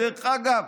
דרך אגב,